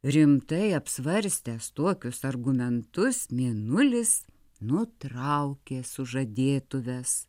rimtai apsvarstęs tokius argumentus mėnulis nutraukė sužadėtuves